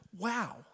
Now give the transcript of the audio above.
wow